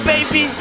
Baby